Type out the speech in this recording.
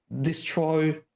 destroy